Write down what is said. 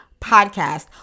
Podcast